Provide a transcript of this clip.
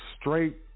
straight